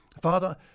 Father